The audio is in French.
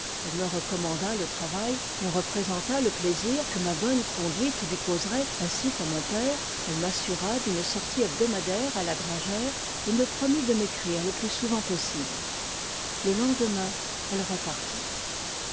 elle me recommanda le travail me représenta le plaisir que ma bonne conduite lui causerait ainsi qu'à mon père elle m'assura d'une sortie hebdomadaire à la gran gère et me promit de m'écrire le plus souvent possible le lendemain elle repartit